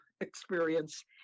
experience